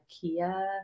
Kia